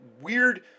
weird